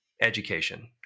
education